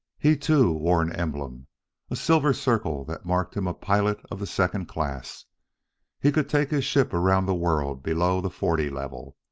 he, too, wore an emblem a silver circle that marked him a pilot of the second class he could take his ship around the world below the forty level,